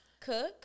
cook